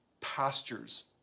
pastures